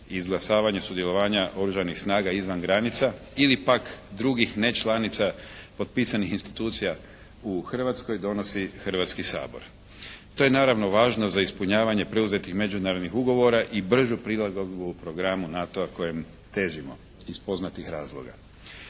izglasavanja sudjelovanja Oružanih snaga izvan granica ili pak drugih nečlanica potpisanih institucija u Hrvatskoj donosi Hrvatski sabor. To je naravno važno za ispunjavanje preuzetnih međunarodnih ugovora i bržu prilagodbu programu NATO-a kojemu težimo iz poznatih razloga.